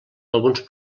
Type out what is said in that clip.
alguns